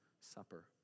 Supper